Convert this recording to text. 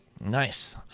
Nice